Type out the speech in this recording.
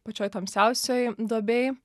pačioj tamsiausioj duobėj